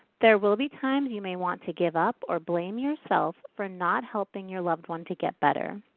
there will be times you may want to give up or blame yourself for not helping your loved one to get better.